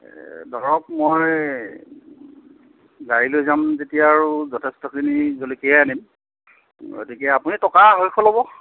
ধৰক মই গাড়ী লৈ যাম যেতিয়া আৰু যথেষ্টখিনি জলকীয়াই আনিম গতিকে আপুনি টকা আঢ়ৈশ ল'ব